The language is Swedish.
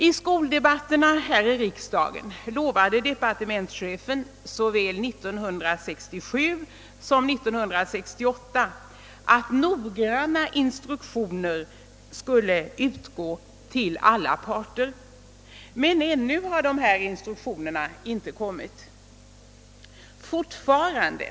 I skoldebatterna här i riksdagen lovade departementschefen såväl 1967 som 1968 att noggranna instruktioner skulle utgå till alla parter, men ännu har dessa instruktioner inte kommit någon till handa.